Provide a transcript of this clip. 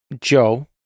Joe